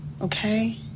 Okay